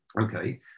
Okay